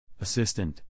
Assistant